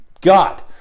God